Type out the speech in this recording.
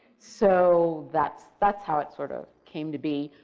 so, that's that's how it sort of came to be.